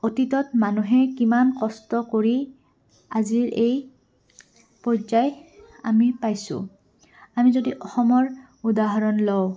অতীতত মানুহে কিমান কষ্ট কৰি আজিৰ এই পৰ্যায় আমি পাইছোঁ আমি যদি অসমৰ উদাহৰণ লওঁ